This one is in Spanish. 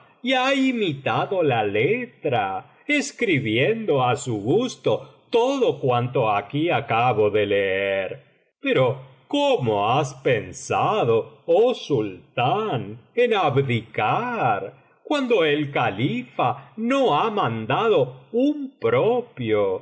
y ha imitado la letra escribiendo á su gusto todo cuanto aquí acabo ele leer pero cómo has pensado oh sultán en abdicar cuando el califa no ha mandado uia propio ni